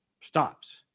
stops